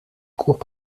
cours